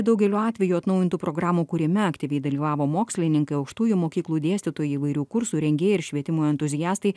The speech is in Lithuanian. daugeliu atvejų atnaujintų programų kūrime aktyviai dalyvavo mokslininkai aukštųjų mokyklų dėstytojai įvairių kursų rengėjai ir švietimo entuziastai